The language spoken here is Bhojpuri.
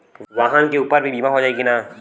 वाहन के ऊपर भी बीमा हो जाई की ना?